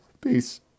Peace